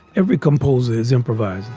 every compose is improvised.